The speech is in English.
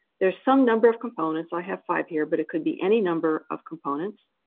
there's some number of components. i have five here, but it could be any number of components.